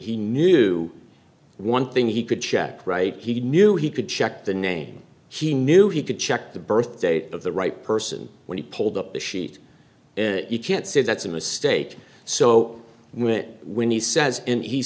he knew one thing he could check right he knew he could check the name he knew he could check the birth date of the right person when he pulled up the sheet you can't say that's a mistake so when it when he says and he